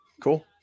Cool